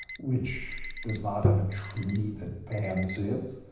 which does not have a treaty that bans it.